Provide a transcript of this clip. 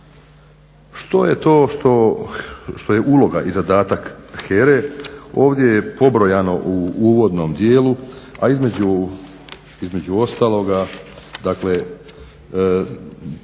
Što je to što je uloga i zadatak HERA-e ovdje je pobrojano u uvodnom dijelu, a između ostaloga, dakle